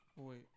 Wait